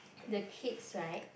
the kids right